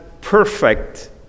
perfect